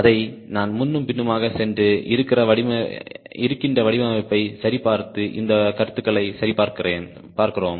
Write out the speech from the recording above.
அதை நாம் முன்னும் பின்னுமாக சென்று இருக்கின்ற வடிவமைப்பை சரிபார்த்து இந்த கருத்துக்களை சரிபார்க்கிறோம்